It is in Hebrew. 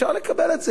אפשר לקבל את זה.